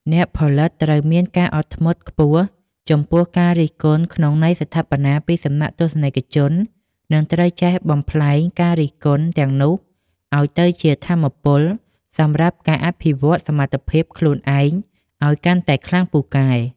អ្នកផលិតត្រូវមានការអត់ធ្មត់ខ្ពស់ចំពោះការរិះគន់ក្នុងន័យស្ថាបនាពីសំណាក់ទស្សនិកជន និងត្រូវចេះបំប្លែងការរិះគន់ទាំងនោះឱ្យទៅជាថាមពលសម្រាប់ការអភិវឌ្ឍសមត្ថភាពខ្លួនឯងឱ្យកាន់តែខ្លាំងពូកែ។